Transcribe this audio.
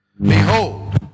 Behold